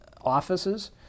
offices